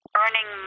earning